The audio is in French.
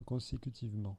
consécutivement